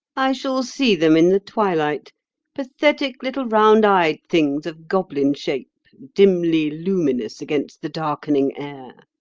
i shall see them in the twilight pathetic little round-eyed things of goblin shape, dimly luminous against the darkening air.